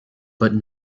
but